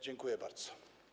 Dziękuję bardzo.